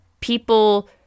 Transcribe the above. People